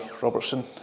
Robertson